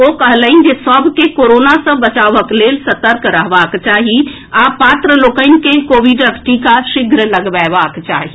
ओ कहलनि जे सभ के कोरोना सँ बचावक लेल सतर्क रहबाक चाही आ पात्र लोकनि के कोविडक टीका शीघ्र लगएबाक चाही